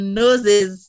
noses